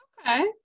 Okay